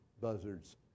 buzzards